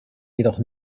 jedoch